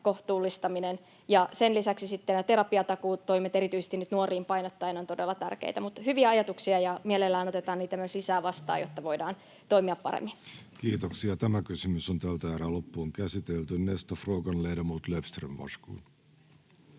kohtuullistaminen ja sen lisäksi terapiatakuutoimet erityisesti nyt nuoriin painottuen ovat todella tärkeitä. Hyviä ajatuksia, ja mielellään otetaan niitä myös lisää vastaan, jotta voidaan toimia paremmin. Nästa fråga, ledamot Löfström, varsågod.